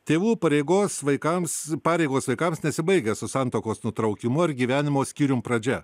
tėvų pareigos vaikams pareigos vaikams nesibaigia su santuokos nutraukimu ar gyvenimo skyrium pradžia